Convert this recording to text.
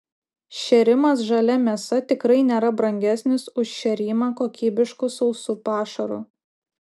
šėrimas žalia mėsa tikrai nėra brangesnis už šėrimą kokybišku sausu pašaru